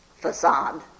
facade